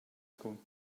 school